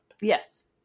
Yes